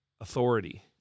authority